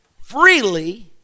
freely